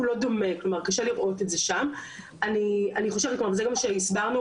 זה גם מה שהסברנו במסגרת המענה שלנו לבג"צ,